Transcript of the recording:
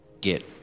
get